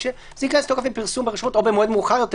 שזה ייכנס לתוקף עם הפרסום ברשומות או במועד מאוחר יותר?